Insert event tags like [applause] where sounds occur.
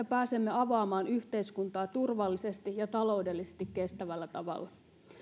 [unintelligible] pääsemme avaamaan yhteiskuntaa turvallisesti ja taloudellisesti kestävällä tavalla